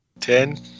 Ten